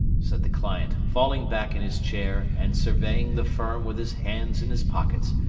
said the client, falling back in his chair, and surveying the firm with his hands in his pockets.